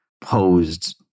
posed